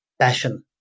passion